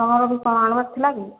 ତୁମର ବି କ'ଣ ଆଣିବାର୍ ଥିଲା କି